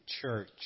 Church